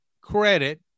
credit